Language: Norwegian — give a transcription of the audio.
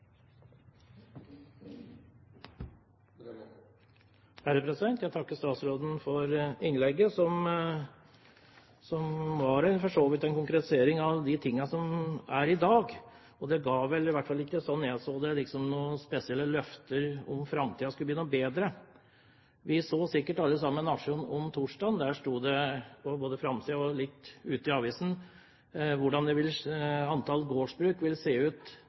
Jeg takker statsråden for innlegget. Det var for så vidt en konkretisering av tingene slik som de er i dag, og det ga vel ikke, i hvert fall slik jeg ser det, noen spesielle løfter om at framtiden skulle bli noe bedre. Vi leste sikkert alle her Nationen på torsdag. Der sto det noe både på forsiden og litt inne i avisen om hvordan antall gårdsbruk vil se ut